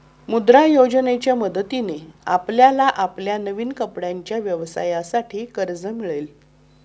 मुद्रा योजनेच्या मदतीने आपल्याला आपल्या नवीन कपड्यांच्या व्यवसायासाठी कर्ज मिळेल